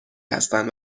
هستن